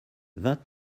vingt